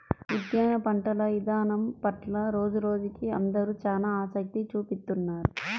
ఉద్యాన పంటల ఇదానం పట్ల రోజురోజుకీ అందరూ చానా ఆసక్తి చూపిత్తున్నారు